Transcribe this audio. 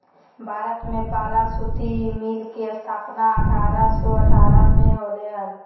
भारत में पहला सूती मिल के स्थापना अठारह सौ अठारह में होले हल